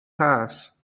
cas